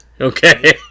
Okay